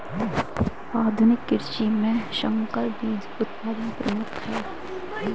आधुनिक कृषि में संकर बीज उत्पादन प्रमुख है